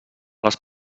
les